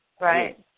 right